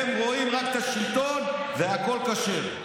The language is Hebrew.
הם רואים רק את השלטון, והכול כשר.